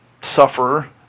sufferer